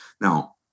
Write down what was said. Now